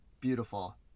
Beautiful